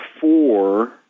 four